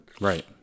Right